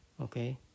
Okay